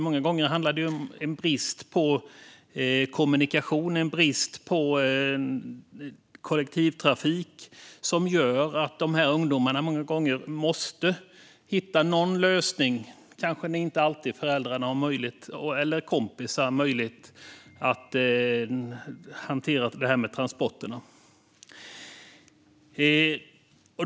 Många gånger är det ju en brist på kommunikation och en brist på kollektivtrafik som gör att dessa ungdomar måste hitta en lösning. Kanske föräldrar eller kompisar inte alltid har möjlighet att hantera detta med transporterna.